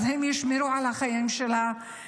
אז הם ישמרו על החיים של האנשים.